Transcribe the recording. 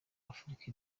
afurika